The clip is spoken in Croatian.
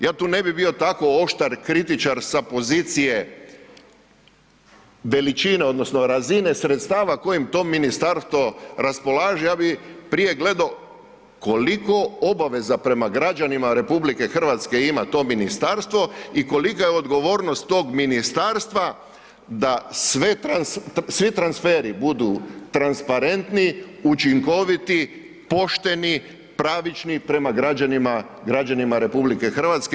Ja tu ne bi bio tako oštar kritičar sa pozicije veličine odnosno razine sredstava kojim to ministarstvo raspolaže, ja bih prije gledao koliko obaveza prema građanima RH ima to ministarstvo i kolika je odgovornost tog ministarstva da svi transferi budu transparentni, učinkoviti, pošteni, pravični prema građanima RH.